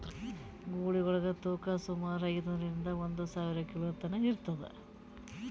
ಗೂಳಿಗಳ್ ತೂಕಾ ಸುಮಾರ್ ಐದ್ನೂರಿಂದಾ ಒಂದ್ ಸಾವಿರ ಕಿಲೋ ತನಾ ಇರ್ತದ್